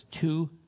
Two